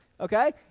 okay